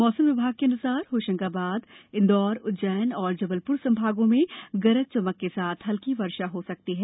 मौसम विभाग के अनुसार होशंगाबाद इंदौर उज्जैन और जबलपुर संभागों में गरज चमक के साथ हल्की वर्षा हो सकर्ती है